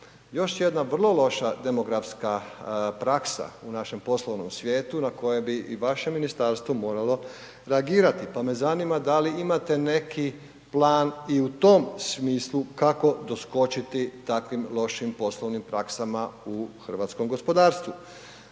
Još jedna vrlo loša demografska praksa u našem poslovnom svijetu na koje bi i vaše ministarstvo moralo reagirati pa me zanima da li imate neki plan i u tom smislu kako doskočiti takvim lošim poslovnim praksama u hrvatskom gospodarstvu.